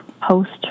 Post